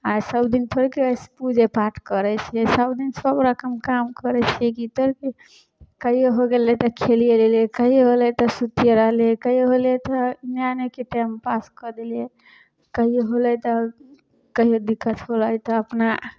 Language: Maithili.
आओर सबदिन थोड़ेके पूजे पाठ करै छिए सबदिन सब रकम काम करै छिए कि थोड़ेकि कहिऔ हो गेलै तऽ खेलिए लेली कहिओ हो गेलै तऽ सुतिए रहली कहिओ हो गेलै तऽ एनाहिते टाइमपास कऽ देलिए कहिओ हो गेलै तऽ कहिओ दिक्कत होलै तऽ अपना